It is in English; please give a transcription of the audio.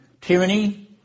tyranny